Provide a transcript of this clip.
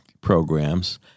programs